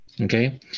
Okay